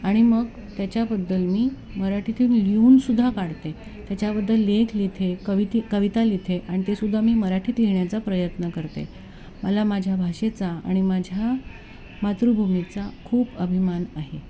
आणि मग त्याच्याबद्दल मी मराठीतून लिहून सुद्धा काढते त्याच्याबद्दल लेख लिहिते कविता कविता लिहिते आणि तेसुद्धा मी मराठीत लिहिण्याचा प्रयत्न करते मला माझ्या भाषेचा आणि माझ्या मातृभूमीचा खूप अभिमान आहे